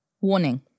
Warning